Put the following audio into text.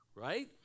Right